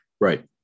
Right